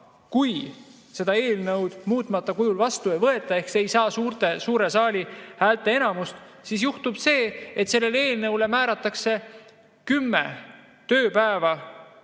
kui seda eelnõu muutmata kujul vastu ei võeta ehk see ei saa suure saali häälteenamust, siis juhtub see, et sellele eelnõule määratakse kümme tööpäeva –